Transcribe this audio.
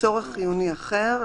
(6)צורך חיוני אחר,